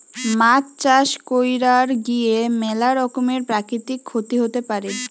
মাছ চাষ কইরার গিয়ে ম্যালা রকমের প্রাকৃতিক ক্ষতি হতে পারে